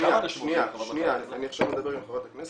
שנייה, אני עכשיו מדבר עם חברת הכנסת.